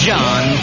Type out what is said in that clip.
John